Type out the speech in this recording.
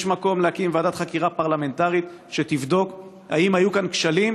יש מקום להקים ועדת חקירה פרלמנטרית שתבדוק אם היו כאן כשלים,